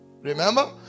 Remember